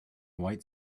white